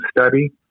study